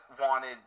wanted